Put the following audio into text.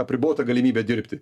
apribota galimybė dirbti